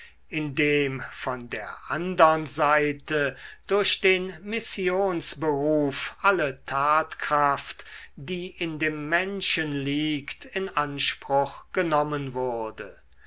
von der andern seite durch den missionsberuf alle tatkraft die in dem menschen liegt in anspruch genommen wurde